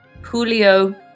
Julio